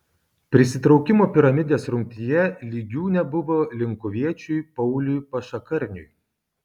prisitraukimų piramidės rungtyje lygių nebuvo linkuviečiui pauliui pašakarniui